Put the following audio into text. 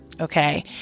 okay